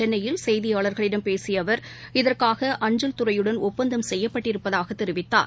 சென்னையில் செய்தியாளர்களிடம் பேசிய அவர் இதற்காக அஞ்சல் துறையுடன் ஒப்பந்தம் செய்யப்பட்டிருப்பதாக தெரிவித்தார்